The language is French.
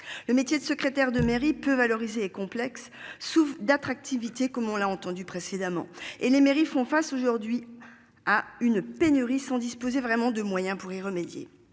le métier de secrétaire de mairie peu valoriser et complexe sous d'attractivité comme on l'a entendu précédemment et les mairies font face aujourd'hui à une pénurie sont disposées vraiment de moyens pour y remédier